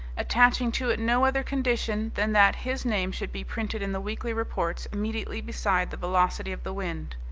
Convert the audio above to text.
attaching to it no other condition than that his name should be printed in the weekly reports immediately beside the velocity of the wind.